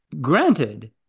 granted